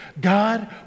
God